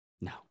No